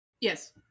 Yes